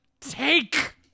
take